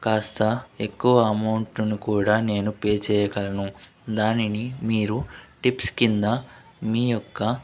కాస్త ఎక్కువ అమౌంట్ను కూడా నేను పే చేయగలను దానిని మీరు టిప్స్ కింద మీ యొక్క